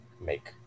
make